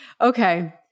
Okay